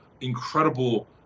incredible